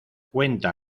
cuenta